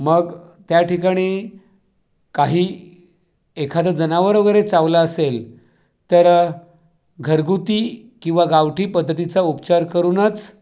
मग त्या ठिकाणी काही एखादं जनावर वगैरे चावलं असेल तर घरगुती किंवा गावठी पद्धतीचा उपचार करूनच